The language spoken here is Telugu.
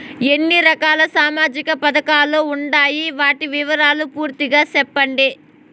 ఎన్ని రకాల సామాజిక పథకాలు ఉండాయి? వాటి వివరాలు పూర్తిగా సెప్పండి?